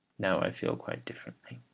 now i feel quite differently.